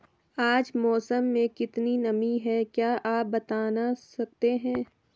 आज मौसम में कितनी नमी है क्या आप बताना सकते हैं?